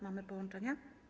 Mamy połączenie?